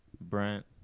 Brent